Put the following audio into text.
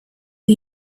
are